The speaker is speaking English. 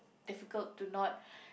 difficult to not